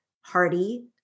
hearty